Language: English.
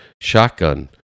shotgun